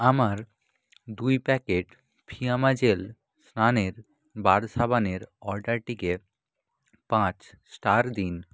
আমার দুই packet Fiama gel স্নানের বার সাবানের অর্ডারটিকে পাঁচ স্টার দিন